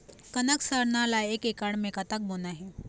कनक सरना ला एक एकड़ म कतक बोना हे?